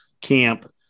camp